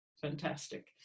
fantastic